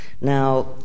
Now